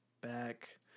back